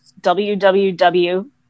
www